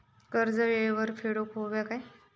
कर्ज येळेवर फेडूक होया काय?